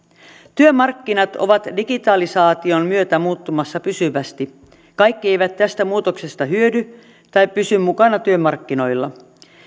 työmarkkinat ovat digitalisaation myötä muuttumassa pysyvästi kaikki eivät tästä muutoksesta hyödy tai pysy mukana työmarkkinoilla